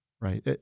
Right